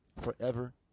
forever